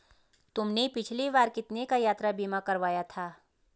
तुमने पिछली बार कितने का यात्रा बीमा करवाया था?